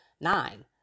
nine